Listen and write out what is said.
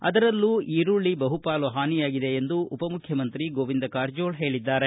ಅದರಲ್ಲೂ ಈರುಳ್ಳಿ ಬಹುಪಾಲು ಹಾನಿಯಾಗಿದೆ ಎಂದು ಉಪ ಮುಖ್ಯಮಂತ್ರಿ ಗೋವಿಂದ ಕಾರಜೋಳ ಹೇಳಿದ್ದಾರೆ